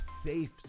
safe